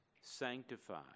sanctified